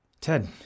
Ted